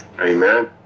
Amen